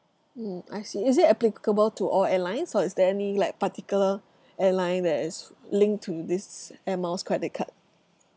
mm I see is it applicable to all airlines or is there any like particular airline that is linked to this air miles credit card